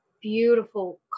beautiful